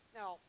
now